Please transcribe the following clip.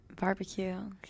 barbecue